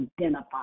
identify